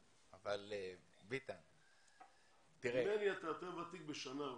ממני אתה יותר ותיק אולי בשנה-שנתיים.